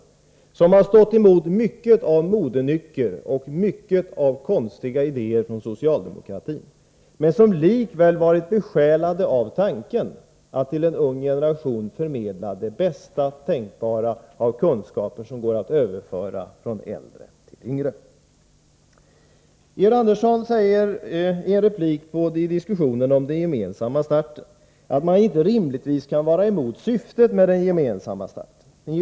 Det är lärare som har stått emot mycket av modenycker och mycket av konstiga idéer från socialdemokratin men som likväl varit besjälade av tanken att till en ung generation förmedla det bästa tänkbara av kunskaper som går att överföra från äldre till yngre. I en replik i diskussionen om den gemensamma starten säger Georg Andersson att man inte rimligtvis kan vara emot syftet med den gemensamma starten.